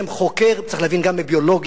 שחוקר צריך להבין גם בביולוגיה,